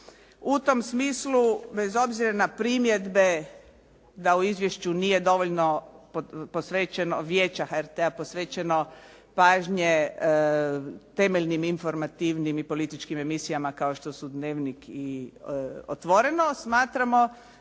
U tom smislu bez obzira na primjedbe da u izvješću nije dovoljno posvećeno Vijeća HRT-a, posvećeno pažnje temeljnim informativnim i političkim emisijama kao što su "Dnevnik" i "Otvoreno", smatramo